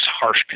harsh